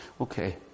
Okay